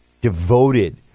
devoted